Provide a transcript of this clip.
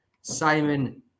Simon